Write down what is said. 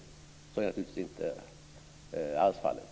Så är det inte alls.